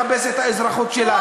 והוא לא מחפש את האזרחות שלך.